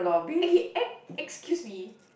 okay e~ excuse me